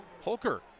Holker